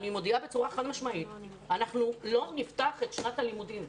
אני מודיעה בצורה חד משמעית שאנחנו לא נפתח את שנת הלימודים.